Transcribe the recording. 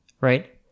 right